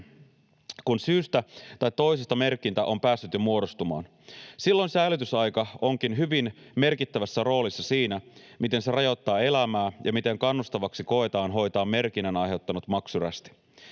kun syystä tai toisesta merkintä on päässyt jo muodostumaan. Silloin säilytysaika onkin hyvin merkittävässä roolissa siinä, miten se rajoittaa elämää ja miten kannustavaksi koetaan hoitaa merkinnän aiheuttanut maksurästi.